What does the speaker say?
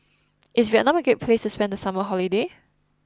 is Vietnam a great place to spend the summer holiday